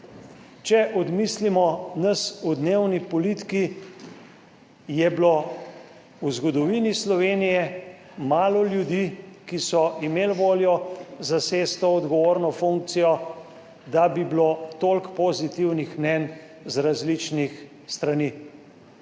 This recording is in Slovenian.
Če odmislimo nas v dnevni politiki, je bilo v zgodovini Slovenije malo ljudi, ki so imeli voljo zasesti to odgovorno funkcijo, da bi bilo toliko pozitivnih mnenj z različnih strani.